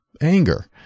anger